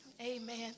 Amen